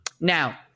Now –